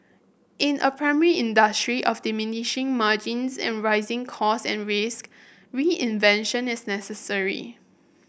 in a primary industry of diminishing margins and rising cost and risk reinvention is necessary